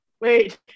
Wait